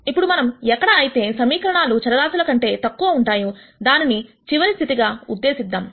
ఇప్పుడు మనం ఎక్కడ అయితే సమీకరణాలు చరరాశుల కంటే తక్కువగా ఉంటాయో దానిని చివరి స్థితిగా ఉద్దేశిద్దామ్